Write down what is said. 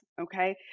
Okay